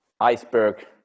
iceberg